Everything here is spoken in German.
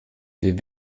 wir